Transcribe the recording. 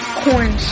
corn